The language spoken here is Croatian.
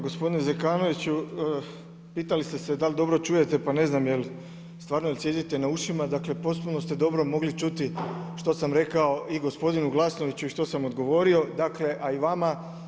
Gospodine Zekanoviću, pitali ste se dali dobro čujete pa ne znam jel' stvarno sjedite na ušima, dakle potpuno ste dobro čuti što sam rekao i gospodinu Glasnoviću i što sam odgovorio, dakle a i vama.